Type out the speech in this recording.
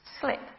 slip